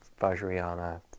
Vajrayana